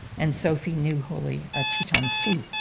and sophie new holy, a teton sioux.